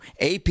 ap